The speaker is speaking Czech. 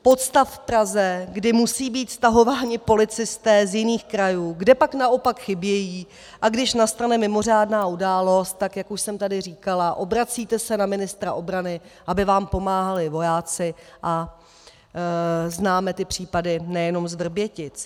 Podstav v Praze, kdy musí být stahováni policisté z jiných krajů, kde pak naopak chybějí, a když nastane mimořádná událost, tak se, jak už jsem tady říkala, obracíte na ministra obrany, aby vám pomáhali vojáci, a známe případy nejenom z Vrbětic.